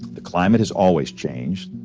the climate has always changed.